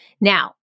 Now